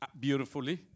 beautifully